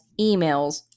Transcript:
emails